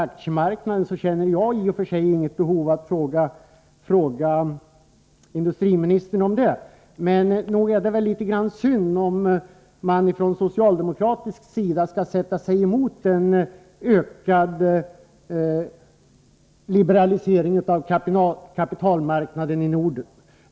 Jag känner i och för sig inget behov av att ställa några frågor till industriministern om den nordiska aktiemarknaden, men nog är det litet synd om man från socialdemokratisk sida skall sätta sig emot en ökad liberalisering av kapitalmarknaden i Norden.